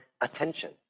attention